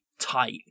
tight